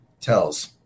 tells